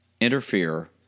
interfere